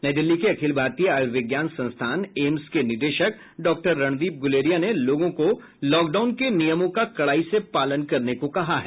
नई दिल्ली के अखिल भारतीय आयुर्विज्ञान संस्थान एम्स के निदेशक डॉक्टर रणदीप गुलेरिया ने लोगों को लॉक डाउन के नियमों का कड़ाई से पालन करने को कहा है